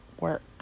work